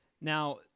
Now